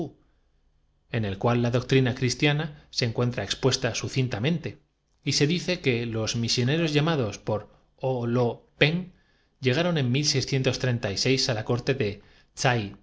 en el cual la doctrina cristiana se encuentra expuesta el engaño descubierto vvu ti volvió su crédito á los sucintamente y se dice que los misioneros llamados letrados y los tao ssé continuaron ejerciendo su in por o lo pen llegaron en á la corte de